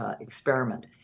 experiment